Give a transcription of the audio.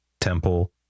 Temple